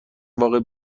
واقعی